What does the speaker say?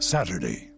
Saturday